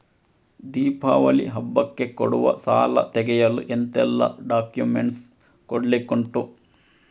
ದೀಪಾವಳಿ ಹಬ್ಬಕ್ಕೆ ಕೊಡುವ ಸಾಲ ತೆಗೆಯಲು ಎಂತೆಲ್ಲಾ ಡಾಕ್ಯುಮೆಂಟ್ಸ್ ಕೊಡ್ಲಿಕುಂಟು?